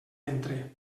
ventre